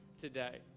today